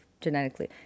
genetically